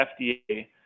FDA